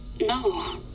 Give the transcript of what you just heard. No